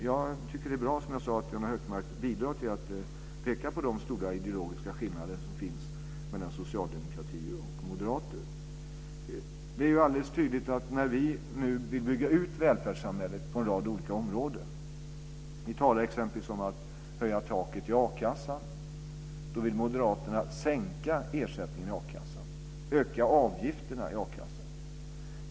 Jag tycker att det är bra, som jag sade, att Gunnar Hökmark bidrar till att peka på de stora ideologiska skillnader som finns mellan socialdemokrati och moderater. Det här är alldeles tydligt när vi nu vill bygga ut välfärdssamhället på en rad olika områden. Vi talar t.ex. om att höja taket i a-kassan. Då vill moderaterna sänka ersättningen i a-kassan och öka avgifterna i akassan.